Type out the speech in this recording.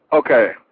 Okay